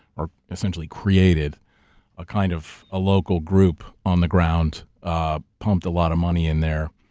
or essentially, created a kind of ah local group on the ground, ah pumped a lot of money in there.